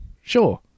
sure